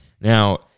now